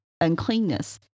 uncleanness